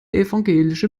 evangelische